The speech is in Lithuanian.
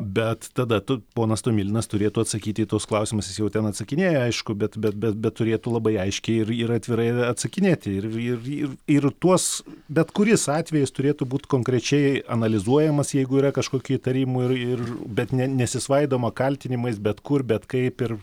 bet tada tu ponas tomilinas turėtų atsakyti į tuos klausimus jis jau ten atsakinėja aišku bet bet bet bet turėtų labai aiškiai ir ir atvirai atsakinėti ir ir ir ir tuos bet kuris atvejis turėtų būt konkrečiai analizuojamas jeigu yra kažkokių įtarimų ir ir bet ne nesisvaidoma kaltinimais bet kur bet kaip ir